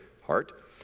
heart